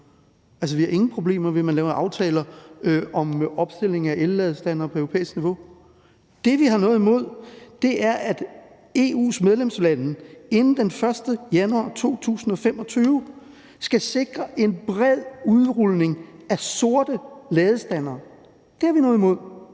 vi har ingen problemer med, at man laver aftaler om opstilling af elladestandere på europæisk niveau. Det, vi har noget imod, er, at EU's medlemslande inden den 1. januar 2025 skal sikre en bred udrulning af sorte ladestandere. Det har vi noget imod,